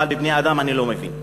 אבל בבני-אדם אני לא מבין.